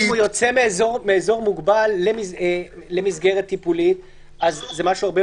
אם הוא יוצא מאזור מוגבל למסגרת טיפולית החשיפה